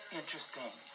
interesting